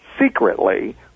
secretly